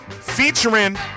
featuring